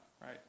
right